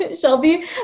shelby